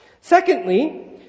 Secondly